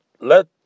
let